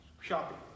shopping